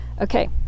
okay